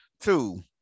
two